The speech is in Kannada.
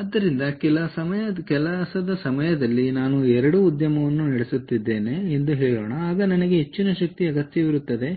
ಆದ್ದರಿಂದ ಕೆಲಸದ ಸಮಯದಲ್ಲಿ ನಾನು 2 ಉದ್ಯಮವನ್ನು ನಡೆಸುತ್ತಿದ್ದೇನೆ ಎಂದು ಹೇಳೋಣ ಆಗ ನನಗೆ ಹೆಚ್ಚಿನ ಶಕ್ತಿಯ ಅಗತ್ಯವಿರುತ್ತದೆ